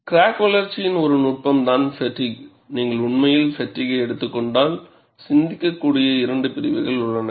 crack வளர்ச்சியின் ஒரு நுட்பம் தான் ஃப்பெட்டிக் நீங்கள் உண்மையில் ஃப்பெட்டிகை எடுத்துக் கொண்டால் சிந்திக்கக்கூடிய இரண்டு பிரிவுகள் உள்ளன